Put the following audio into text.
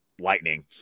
lightning